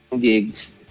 gigs